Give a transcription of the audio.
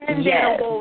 Yes